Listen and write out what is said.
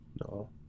No